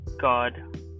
god